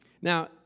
Now